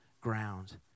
ground